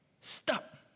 Stop